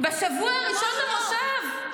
בשבוע הראשון למושב,